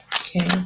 Okay